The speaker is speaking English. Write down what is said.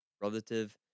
relative